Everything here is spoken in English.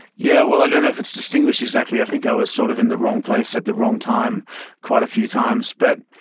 yeah i don't know if it's distinguished exactly. i think i was sort of in the wrong place at the wrong time quite a few times, but.